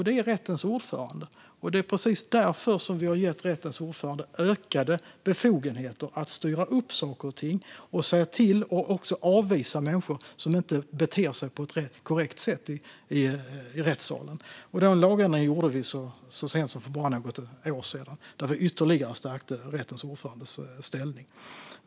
Det är rättens ordförande, och det är precis därför vi har gett rättens ordförande ökade befogenheter att styra upp saker och ting och säga till och även avvisa människor som inte beter sig på ett korrekt sätt i rättssalen. Den lagändringen gjorde vi så sent som för bara något år sedan, då vi ytterligare stärkte rättens ordförandes ställning.